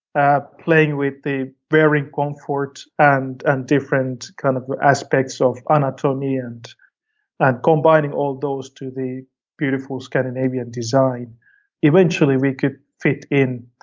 ah playing with the varying comfort and and different kind of the aspects of anatomy, and and combining all those to the beautiful scandinavian design eventually we could fit in.